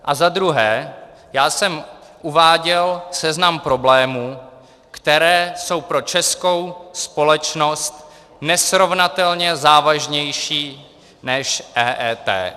A za druhé, já jsem uváděl seznam problémů, které jsou pro českou společnost nesrovnatelně závažnější než EET.